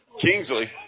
Kingsley